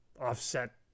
offset